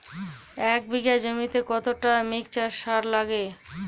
এক বিঘা জমিতে কতটা মিক্সচার সার লাগে?